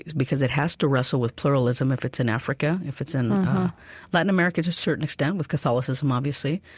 because it has to wrestle with pluralism if it's in africa, if it's in latin america, to certain extent with catholicism, obviously.